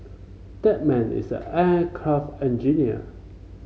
that man is an aircraft engineer